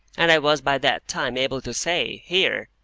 and i was by that time able to say, here!